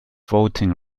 voting